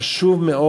חשוב מאוד.